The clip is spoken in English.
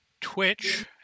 Twitch